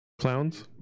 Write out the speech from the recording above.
Clowns